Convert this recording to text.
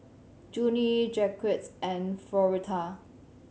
Junie Jaquez and Floretta